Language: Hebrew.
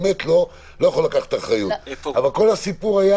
באמת לא יכול לקחת אחריות אבל כל הסיפור היה